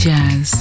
Jazz